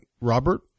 Robert